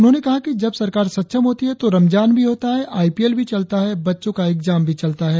उन्होंने कहा कि जब सरकार सक्षम होती तों रमजान भी होता है आईपीएल भी चलता है बच्चों का एक्जाम भी चलता है